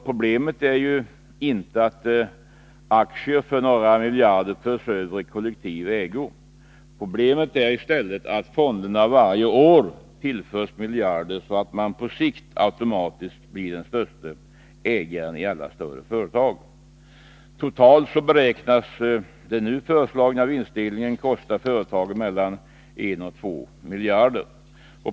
Problemet är ju inte att aktier för några miljarder förs över i kollektiv ägo, utan det är i stället att fonderna varje år tillförs miljarder, så att de på sikt automatiskt blir den största ägaren i alla större företag. Totalt beräknas den nu föreslagna vinstdelningen kosta företagen mellan 1 och 2 miljarder.